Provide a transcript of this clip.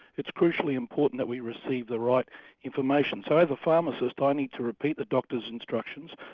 it's crucially important that we receive the right information. so as a pharmacist i need to repeat the doctor's instructions,